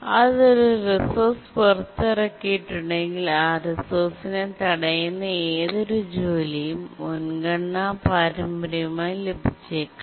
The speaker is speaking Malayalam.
അത് ഒരു റിസോഴ്സ് പുറത്തിറക്കിയിട്ടുണ്ടെങ്കിൽ ആ റിസോഴ്സിനെ തടയുന്ന ഏതൊരു ജോലിയും മുൻഗണന പാരമ്പര്യമായി ലഭിച്ചേക്കാം